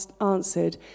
answered